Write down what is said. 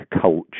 culture